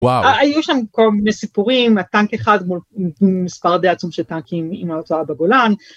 ‫וואו. ‫-היו שם כל מיני סיפורים, ‫הטנק אחד מול מספר די עצום ‫של טנקים עם הרצועה בגולן.